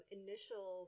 initial